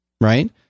right